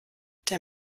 der